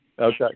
Okay